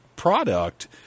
Product